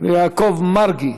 ויעקב מרגי.